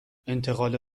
انتقال